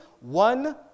one